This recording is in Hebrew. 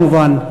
כמובן,